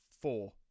four